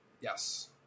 yes